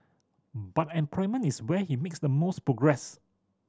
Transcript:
but employment is where he mix the most progress